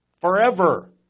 forever